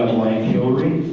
hilary,